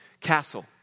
castle